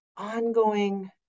ongoing